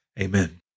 Amen